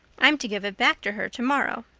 i'm to give it back to her tomorrow.